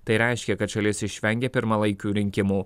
tai reiškia kad šalis išvengė pirmalaikių rinkimų